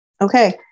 Okay